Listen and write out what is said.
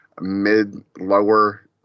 mid-lower